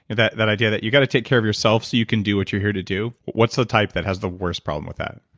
and that that idea that you got to take care of yourself so you can do what you're here to do. what's the type that has the worst problem with that?